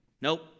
Nope